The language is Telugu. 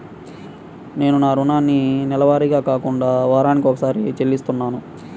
నేను నా రుణాన్ని నెలవారీగా కాకుండా వారానికోసారి చెల్లిస్తున్నాను